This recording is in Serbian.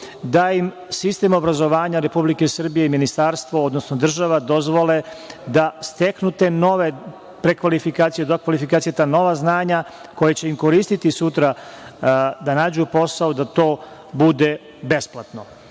da im sistem obrazovanja Republike Srbije i Ministarstvo, odnosno država, dozvole da steknu te nove prekvalifikacije i dokvalifikacije, ta nova znanja koja će im koristiti sutra da nađu posao, da to bude besplatno.